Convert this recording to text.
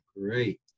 Great